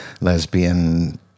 lesbian